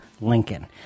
Lincoln